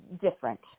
different